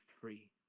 free